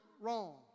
wrong